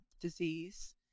Disease